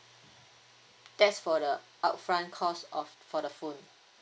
that's for the upfront cost of for the phone